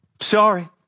Sorry